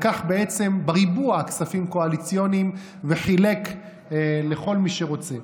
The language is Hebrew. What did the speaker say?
לקח בעצם בריבוע כספים קואליציוניים וחילק לכל מי שרוצה.